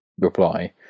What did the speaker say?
reply